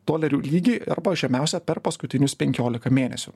dolerių lygį arba žemiausią per paskutinius penkiolika mėnesių